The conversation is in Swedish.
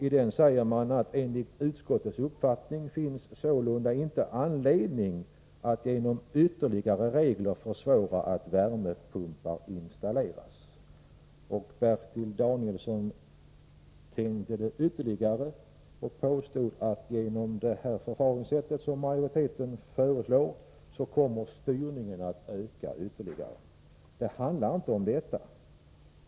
I den står det: ”Enligt utskottets uppfattning finns sålunda inte anledning att genom ytterligare regler försvåra att värmepumpar installeras.” Bertil Danielsson tänjde det hela ytterligare och påstod att styrningen kommer att öka än mer genom det förfaringssätt som majoriteten föreslår. Det handlar inte om detta.